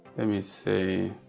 let me say.